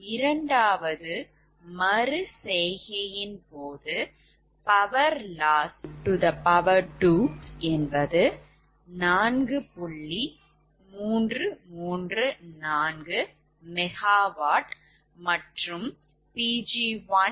இரண்டாவது மறு செய்கையின் போதும் Power Loss சக்தி இழப்பு என்பது 4